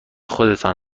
خودتان